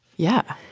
yeah.